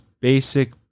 basic